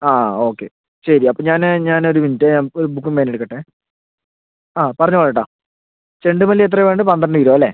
ആ ഓക്കെ ശരി അപ്പോൾ ഞാൻ ഞാനൊരു മിനിറ്റ് ഒരു ബുക്കും പേനയും എടുക്കട്ടേ ആ പറഞ്ഞോ ചേട്ടാ ചെണ്ടുമല്ലി എത്രയാ വേണ്ടത് പന്ത്രണ്ടു കിലോ അല്ലേ